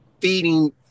feeding